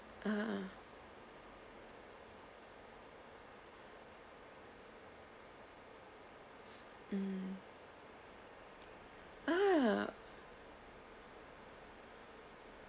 ah mm ah